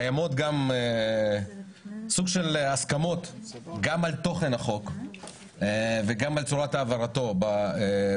קיימות גם סוג של הסכמות גם על תוכן החוק וגם על צורת העברתו במליאה